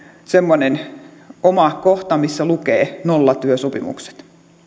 semmoinen oma kohta missä lukee nollatyösopimukset